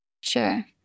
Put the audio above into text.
Sure